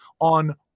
on